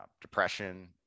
depression